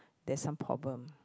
there's some problem